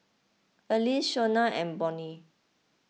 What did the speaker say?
Alease Shonna and Bonny